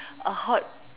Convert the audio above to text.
a hot